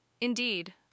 Indeed